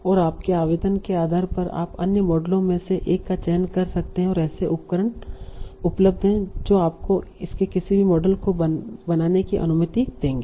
और आपके आवेदन के आधार पर आप अन्य मॉडलों में से एक का चयन कर सकते हैं और ऐसे उपकरण उपलब्ध हैं जो आपको इसके किसी भी मॉडल को बनाने की अनुमति देंगे